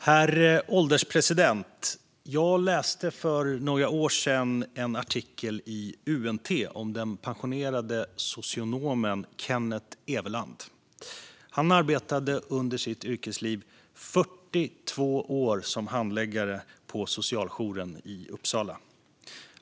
Herr ålderspresident! Jag läste för några år sedan en artikel i UNT om den pensionerade socionomen Kennet Everland. Han arbetade under sitt yrkesliv 42 år som handläggare på socialjouren i Uppsala.